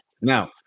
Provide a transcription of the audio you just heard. Now